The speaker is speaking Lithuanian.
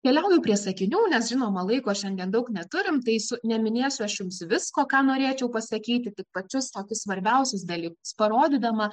keliauju prie sakinių nes žinoma laiko šiandien daug neturim tai su neminėsiu aš jums visko ką norėčiau pasakyti tik pačius tokius svarbiausius dalykus parodydama